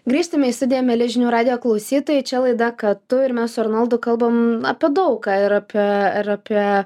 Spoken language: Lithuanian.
grįžtame į studiją mieli žinių radijo klausytojai čia laida ką tu ir mes su arnoldu kalbam apie daug ką ir apie ir apie